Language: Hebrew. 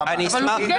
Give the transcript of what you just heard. זה.